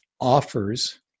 offers